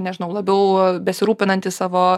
nežinau labiau besirūpinantys savo